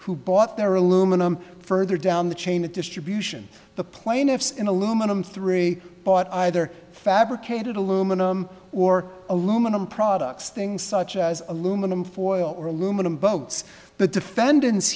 who bought their aluminum further down the chain of distribution the plaintiffs in aluminum three bought either fabricated aluminum or aluminum products things such as aluminum foil or aluminum boats the defendant